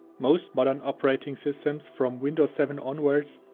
most modern operating systems from windows seven onwards,